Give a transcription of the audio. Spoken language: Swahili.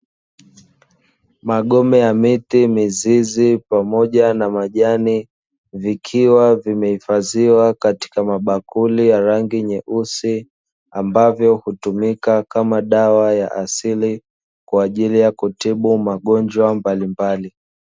Magome ya miti, mizizi pamoja na majani, vikiwa vimehifadhiwa katika mabakuri ya rangi nyeusi, ambavyo hutumika kama dawa ya asili, kwa ajili ya kutibu magonjwa mbalimbali.